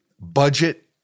budget